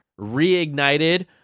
reignited